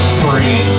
free